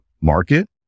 market